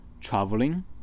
traveling